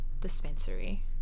dispensary